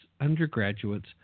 undergraduates